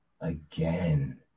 again